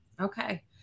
Okay